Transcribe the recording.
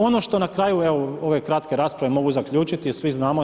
Ono što na kraju ove kratke rasprave mogu zaključiti, svi znamo to.